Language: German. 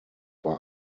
war